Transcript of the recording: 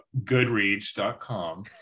Goodreads.com